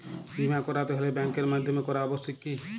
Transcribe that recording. বিমা করাতে হলে ব্যাঙ্কের মাধ্যমে করা আবশ্যিক কি?